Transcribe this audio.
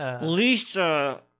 Lisa